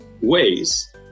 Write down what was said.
ways